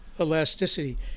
elasticity